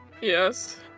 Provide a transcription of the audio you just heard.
Yes